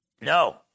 no